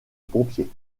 pompier